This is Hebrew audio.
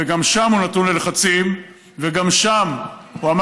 וגם שם הוא נתון ללחצים,